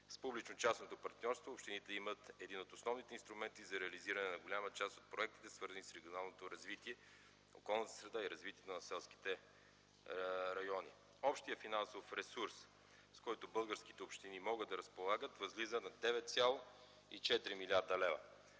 С публично-частното партньорство общините имат един от основните инструменти за реализиране на голяма част от проектите, свързани с регионалното развитие, околната среда и развитието на селските райони. Общият финансов ресурс, с който българските общини могат да разполагат възлиза на 9,4 млрд. лв.